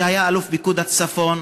שהיה אלוף פיקוד הצפון,